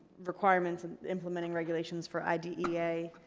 requirements and implementing regulations for idea.